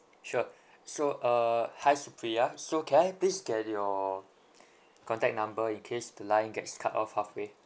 sure so uh hi supriya so can I please get your contact number in case the line gets cut off halfway